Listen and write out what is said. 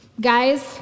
Guys